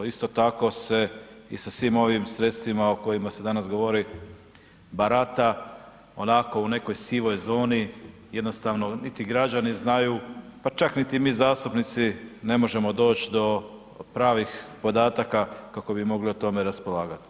Isto tako se i sa svim ovim sredstvima o kojima se danas govori barata onako u nekoj sivoj zoni, jednostavno niti građani znaju, pa čak niti mi zastupnici ne možemo doć do pravih podataka kako bih mogli o tome raspolagat.